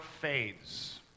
fades